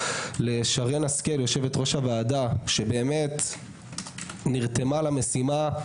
לשרן השכל יושבת-ראש הוועדה שנרתמה למשימה,